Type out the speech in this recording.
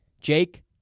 Jake